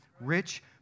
Rich